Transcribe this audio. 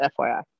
FYI